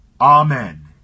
Amen